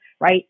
right